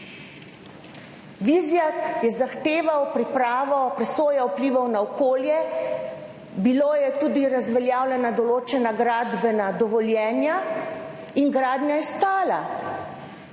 Vizjak je zahteval pripravo presoja vplivov na okolje, bila je tudi razveljavljena določena gradbena dovoljenja in gradnja je stala.